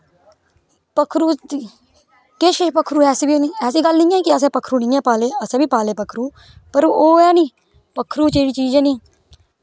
पक्खरू किश किश पक्खरू ऐसे बी होंदे ऐसी गल्ल नी ऐ असैं नी पाले पक्खरू असैं बी पाले पक्खरू पर ओह् ऐ नी पक्खरू जेह्ड़ी चीज़ ऐ नी